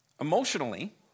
Emotionally